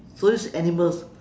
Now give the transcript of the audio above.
so this animals